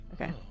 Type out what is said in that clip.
Okay